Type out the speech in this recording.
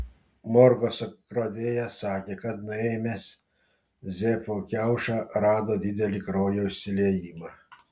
morgo skrodėjas sakė kad nuėmęs zefo kiaušą rado didelį kraujo išsiliejimą